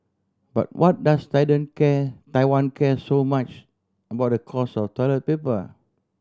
but why does can Taiwan care so much about the cost of toilet paper